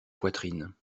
poitrine